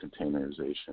containerization